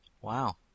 Wow